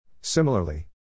Similarly